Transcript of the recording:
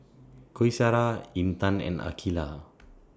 Qaisara Intan and Aqilah